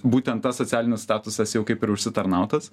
būtent tas socialinis statusas jau kaip ir užsitarnautas